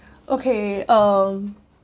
okay um